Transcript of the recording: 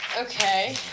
Okay